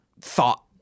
thought